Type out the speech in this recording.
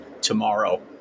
tomorrow